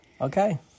Okay